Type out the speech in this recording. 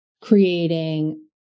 creating